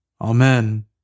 Amen